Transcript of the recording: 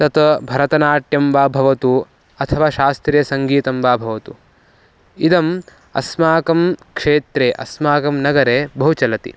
तत् भरतनाट्यं वा भवतु अथवा शास्त्रीयसङ्गीतं वा भवतु इदम् अस्माकं क्षेत्रे अस्माकं नगरे बहु चलति